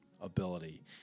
ability